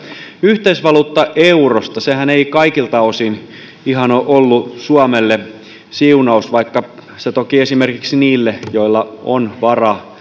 yhteisvaluutta eurosta sehän ei kaikilta osin ihan ole ollut suomelle siunaus vaikka se toki esimerkiksi niille joilla on varaa